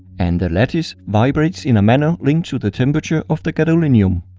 and the lattice vibrates in a manner linked to the temperature of the gadolinium.